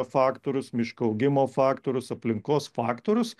faktorius miško augimo faktorius aplinkos faktorius